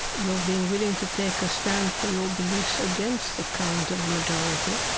your being willing to take a stand for your beliefs against the current of the majority.